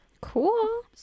Cool